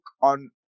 on